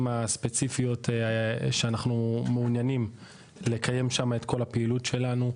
הספציפיות שאנחנו מעוניינים לקיים בהן את כל הפעילות שלנו.